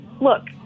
Look